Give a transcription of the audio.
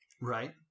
Right